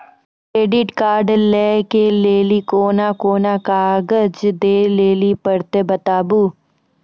Credit card लै के लेली कोने कोने कागज दे लेली पड़त बताबू?